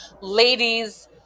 ladies